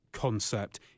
Concept